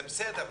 זה בסדר.